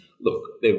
look